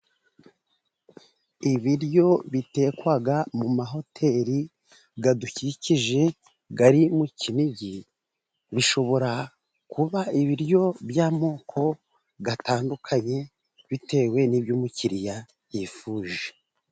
Ibiryo bitekwa mu mahoteli adukikije ari mu Kinigi, bishobora kuba ibiryo by'amoko atandukanye, bitewe n'ibyo umukiriya yifuje.